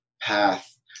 path